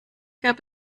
gab